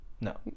No